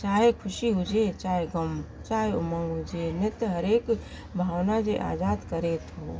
चाहे ख़ुशी हुजे चाहे ग़मु चाहे उमंग हुजे नित हर एक भावना जे आज़ादु करे थो